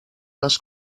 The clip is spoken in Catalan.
les